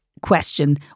question